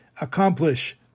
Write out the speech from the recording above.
accomplish